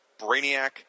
Brainiac